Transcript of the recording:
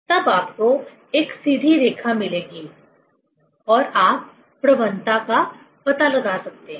तब आपको एक सीधी रेखा मिलेगी और आप प्रवणता का पता लगा सकते हैं